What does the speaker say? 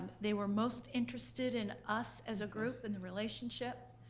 they were most interested in us as a group and the relationship.